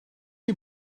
chi